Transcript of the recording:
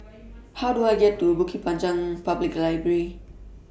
How Do I get to Bukit Panjang Public Library